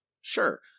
Sure